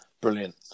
Brilliant